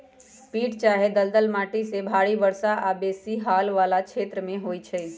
पीट चाहे दलदल माटि भारी वर्षा आऽ बेशी हाल वला क्षेत्रों में होइ छै